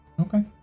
Okay